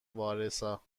وارسا